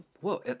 Whoa